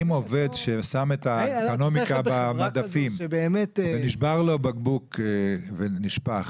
האם העובד ששם את האקונומיקה במדפים ונשבר לו בקבוק ונשפך,